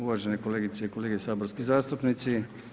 Uvažene kolegice i kolege saborski zastupnici.